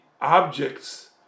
objects